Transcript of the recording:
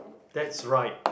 that's right